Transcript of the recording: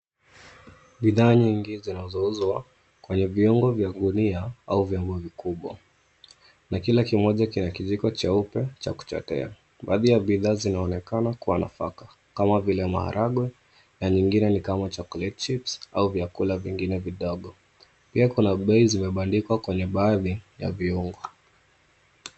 Bidhaa nyingi zinazouzwa kwenye viungo vya gunia au viungo vikubwa na kila kimoja kina kijiko cheupe cha kuchotea. Baadhi ya bidhaa zinaonekana kuwa nafaka kama vile maharagwe na nyingine ni kama chocolate chips au vyakula vingine vidogo. Pia kuna bei zimebandikwa kwenye baadhi ya viungo.